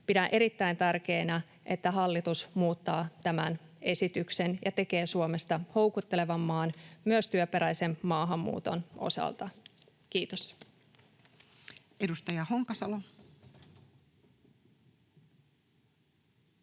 Pidän erittäin tärkeänä, että hallitus muuttaa tämän esityksen ja tekee Suomesta houkuttelevan maan myös työperäisen maahanmuuton osalta. — Kiitos.